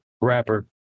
rapper